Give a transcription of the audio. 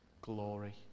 glory